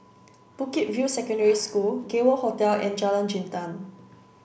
Bukit View Secondary School Gay World Hotel and Jalan Jintan